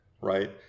right